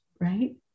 right